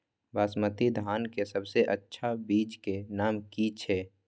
बासमती धान के सबसे अच्छा बीज के नाम की छे?